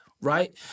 right